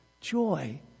joy